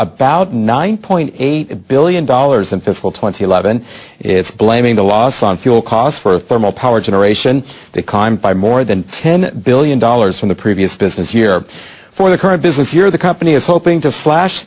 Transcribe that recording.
about nine point eight billion dollars in fiscal twenty eleven it's blaming the laws on fuel costs for thermal power generation they climbed by more than ten billion dollars from the previous business year for the current business year the company is hoping to slash